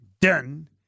Done